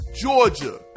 Georgia